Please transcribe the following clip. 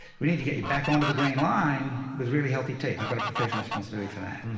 we need to get you back onto the green line was really healthy teeth. i've got a professional responsibility for that,